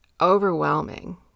overwhelming